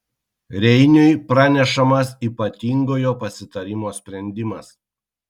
reiniui pranešamas ypatingojo pasitarimo sprendimas